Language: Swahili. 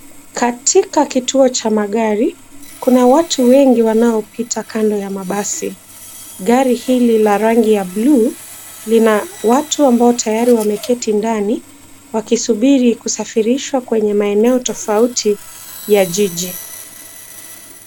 Katika kituo cha magari, kuna watu wengi wanaopita kando ya mabasi. Gari hii la rangi ya blue lina watu ambao tayari wameketi ndani wakisubiri kusafirishwa kwenye maeneo tofauti ya jiji.